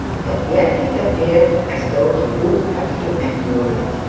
and yet it appears as though he would have to endure it.